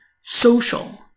Social